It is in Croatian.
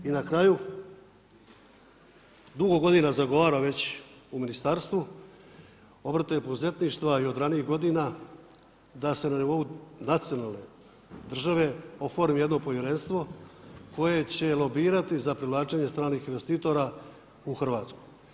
I na kraju, dugo godina zagovaram već u ministarstvu obrta i poduzetništva i od ranijih godina da se na nivou nacionalne države oformi jedno povjerenstvo koje će lobirati za privlačenje stranih investitora u Hrvatsku.